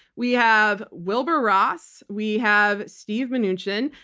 we have wilbur ross, we have steve mnuchin,